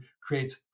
creates